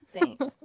thanks